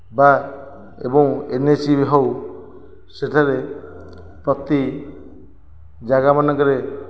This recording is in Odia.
ବା ଏବଂ ଏନଏସି ବି ହେଉ ସେଠାରେ ପ୍ରତି ଜାଗା ମାନଙ୍କରେ